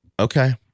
Okay